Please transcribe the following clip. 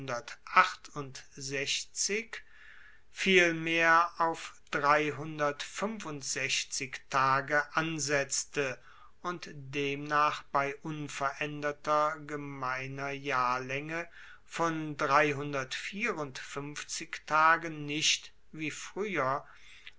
vielmehr auf tage ansetzte und demnach bei unveraenderter gemeiner jahrlaenge von tagen nicht wie frueher